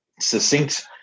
succinct